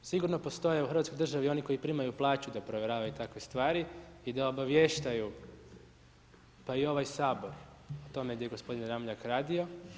To što sigurno postoje u Hrvatskoj državi oni koji primaju plaću da provjeravaju takve stvari i da obavještaju pa i ovaj Sabor o tome gdje je gospodin Ramljak radio.